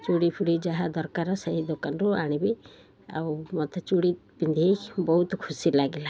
ଚୁଡ଼ି ଫୁଡ଼ି ଯାହା ଦରକାର ସେହି ଦୋକାନରୁ ଆଣିବି ଆଉ ମୋତେ ଚୁଡ଼ି ପିନ୍ଧିକ ବହୁତ ଖୁସି ଲାଗିଲା